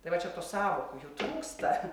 tai va čia tų sąvokų jų trūksta